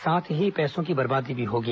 साथ ही पैसों की बर्बादी भी होगी